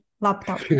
laptop